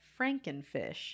Frankenfish